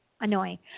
annoying